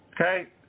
okay